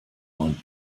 und